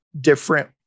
different